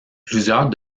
plusieurs